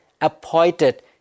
appointed